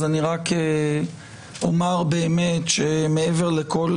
אז אני רק אומר באמת שמעבר לכל